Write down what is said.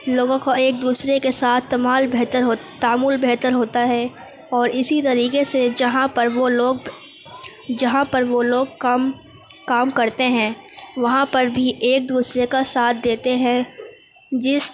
لوگوں کو ایک دوسرے کے ساتھ تمال بہتر ہوتا تأمل بہتر ہوتا ہے اور اسی طریقے سے جہاں پر وہ لوگ جہاں پر وہ لوگ کم کام کرتے ہیں وہاں ہر بھی ایک دوسرے کا ساتھ دیتے ہیں جس